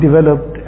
developed